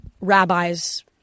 rabbis